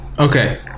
Okay